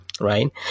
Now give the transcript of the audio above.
Right